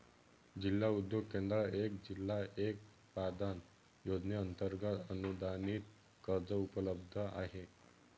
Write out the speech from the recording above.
जिल्हा उद्योग केंद्रात एक जिल्हा एक उत्पादन योजनेअंतर्गत अनुदानित कर्ज उपलब्ध आहे